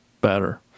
better